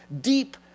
deep